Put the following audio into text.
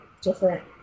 different